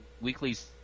Weekly's